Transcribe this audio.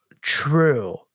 true